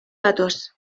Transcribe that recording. datoz